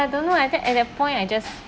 I don't know I think at that point I just